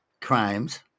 crimes